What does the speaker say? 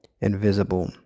invisible